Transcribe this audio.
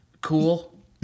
cool